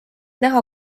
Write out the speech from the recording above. näha